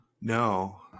No